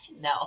no